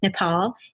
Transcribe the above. Nepal